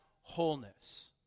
wholeness